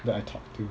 that I talk to